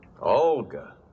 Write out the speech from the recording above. Olga